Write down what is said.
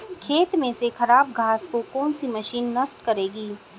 खेत में से खराब घास को कौन सी मशीन नष्ट करेगी?